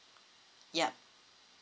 yup